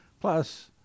plus